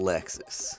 Lexus